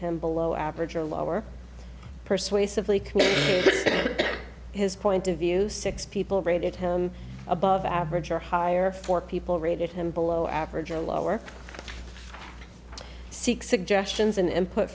him below average or lower persuasively compare his point of view six people rated him above average or higher for people rated him below average or lower seek suggestions an input